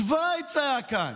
שווייץ היה כאן.